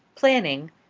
planning,